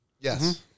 Yes